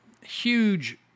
Huge